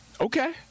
Okay